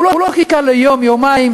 לא חיכה יום-יומיים,